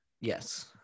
yes